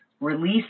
release